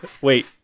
Wait